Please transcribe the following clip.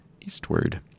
Eastward